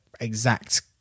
exact